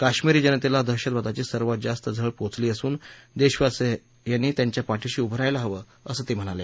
काश्मिरी जनतेला दहशतवादाची सर्वात जास्त झळ पोहचत असून देशवासियांनी त्यांच्या पाठीशी उभं रहायला हवं असं ते म्हणाले